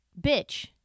bitch